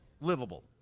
livable